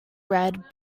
red